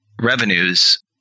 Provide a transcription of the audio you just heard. revenues